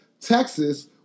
Texas